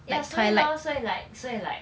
所以 lor 所以 like 所以 like